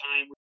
time